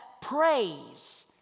praise